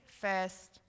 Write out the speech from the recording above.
first